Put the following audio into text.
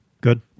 good